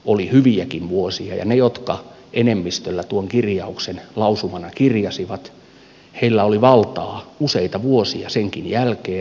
oli hyviäkin vuosia ja niillä jotka enemmistöllä tuon kirjauksen lausumana kirjasivat oli valtaa useita vuosia senkin jälkeen